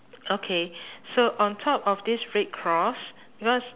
okay so on top of this red cross because